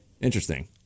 interesting